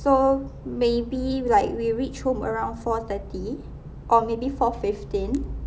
so maybe like we reach home around four thirty or maybe four fifteen